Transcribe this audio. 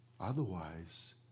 Otherwise